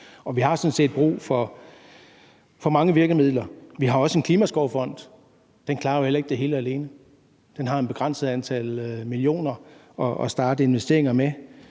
set brug for mange virkemidler. Vi har også en Klimaskovfond – den klarer jo heller ikke det hele alene; den har et begrænset antal millioner at starte investeringer med.